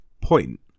point